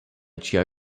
ĝia